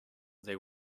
they